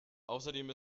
außerdem